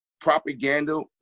propaganda